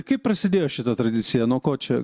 kaip prasidėjo šita tradicija nuo ko čia